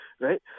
right